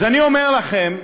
אז אני אומר לכם,